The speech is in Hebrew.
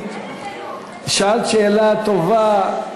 שאלת שאלה טובה,